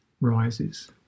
rises